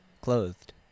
Clothed